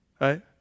right